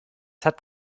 hat